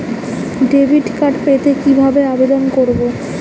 Debit card পেতে কি ভাবে আবেদন করব?